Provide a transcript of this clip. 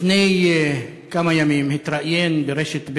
לפני כמה ימים התראיין ברשת ב'